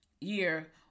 year